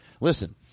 Listen